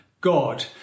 God